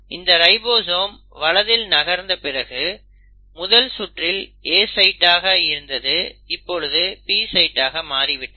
இந்த ரைபோசோம் வலதில் நகர்ந்த பிறகு முதல் சுற்றில் A சைட்டாக இருந்தது இப்பொழுது P சைட்டாக மாறிவிட்டது